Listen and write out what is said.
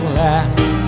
last